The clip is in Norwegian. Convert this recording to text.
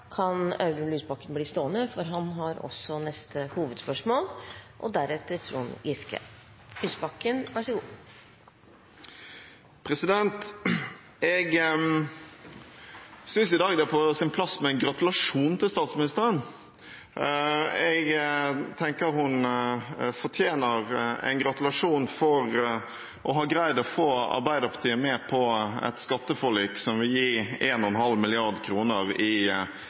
kan Audun Lysbakken bli stående, for han har også neste hovedspørsmål. Jeg synes det i dag er på sin plass med en gratulasjon til statsministeren. Jeg mener at hun fortjener en gratulasjon for å ha greid å få Arbeiderpartiet med på et skatteforlik som vil gi 1,5 mrd. kr i redusert skatt for både formue og utbytte – og med det gitt statsministeren en